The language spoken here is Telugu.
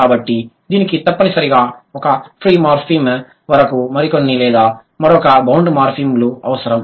కాబట్టి దీనికి తప్పనిసరిగా ఒక ఫ్రీ మార్ఫిమ్ మరియు మరికొన్ని లేదా మరొక బౌండ్ మార్ఫిమ్లు అవసరం